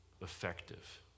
effective